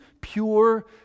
pure